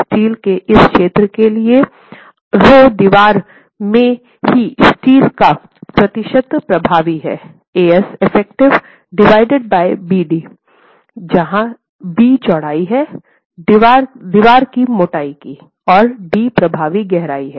steel के इस क्षेत्र के लिए आरएचओ दीवार में ही स्टील का प्रतिशत प्रभावी है effective डिवाइडेड बाय bd जहां बी चौड़ाई है दीवार की मोटाई की और डी प्रभावी गहराई है